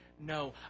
no